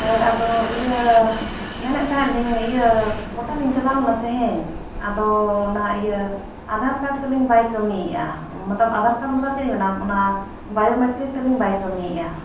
ᱦᱳᱭ ᱟᱫᱚ ᱤᱭᱟᱹ ᱢᱮᱱᱮᱫ ᱛᱟᱦᱮᱸᱫ ᱞᱤᱧ ᱤᱭᱟᱹ ᱠᱚᱴᱟᱞᱤᱧ ᱪᱟᱞᱟᱣ ᱞᱮᱱᱟ ᱛᱮᱦᱮᱧ ᱟᱫᱚ ᱚᱱᱟ ᱤᱭᱟᱹ ᱟᱫᱷᱟᱨ ᱠᱟᱨᱰ ᱛᱟᱞᱤᱧ ᱵᱟᱭ ᱠᱟᱹᱢᱤᱭᱮᱜᱼᱟ ᱢᱚᱛᱞᱚᱵ ᱟᱫᱷᱟᱨ ᱠᱟᱨᱰ ᱢᱚᱛᱞᱚᱵ ᱪᱮᱫ ᱤᱧ ᱢᱮᱱᱟ ᱚᱱᱟ ᱵᱟᱭᱳᱢᱮᱴᱨᱤᱠ ᱛᱟᱞᱤᱧ ᱵᱟᱭ ᱠᱟᱹᱢᱤᱭᱮᱜᱼᱟ